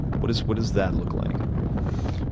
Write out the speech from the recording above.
what does what does that look like?